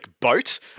boat